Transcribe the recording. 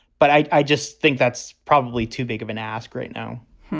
but i just think that's probably too big of an ask right now